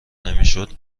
نمیشدو